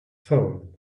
phone